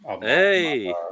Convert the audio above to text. Hey